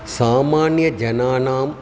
सामान्यजनानाम्